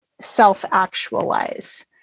self-actualize